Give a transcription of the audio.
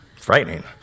Frightening